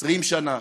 20 שנה,